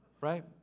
right